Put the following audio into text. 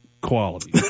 quality